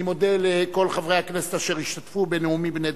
אני מודה לכל חברי הכנסת אשר השתתפו בנאומים בני דקה.